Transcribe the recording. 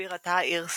ובירתה העיר סארי.